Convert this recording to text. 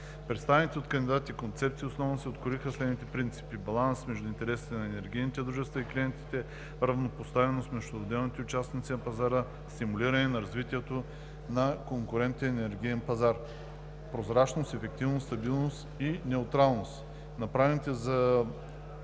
представените от кандидатите концепции основно се откроиха следните принципи: баланс между интересите на енергийните дружества и клиентите; равнопоставеност между отделните участници на пазара; стимулиране на развитието на конкурентен енергиен пазар; прозрачност; ефективност; стабилност и неутралност. Направленията за